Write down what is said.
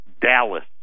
dallas